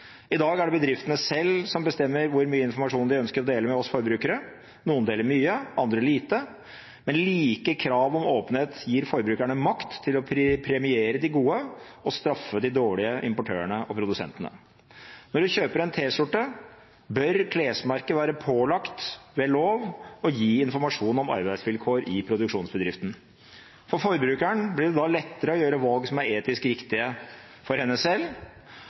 I dag er det bedriftene selv som bestemmer hvor mye informasjon de ønsker å dele med oss forbrukere. Noen deler mye, andre lite, men like krav om åpenhet gir forbrukerne makt til å premiere de gode og straffe de dårlige importørene og produsentene. Når man kjøper en T-skjorte, bør klesmerket ved lov være pålagt å gi informasjon om arbeidsvilkår i produksjonsbedriften. For forbrukeren blir det da lettere å gjøre valg som er etisk riktige for henne selv,